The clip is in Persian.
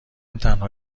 تنها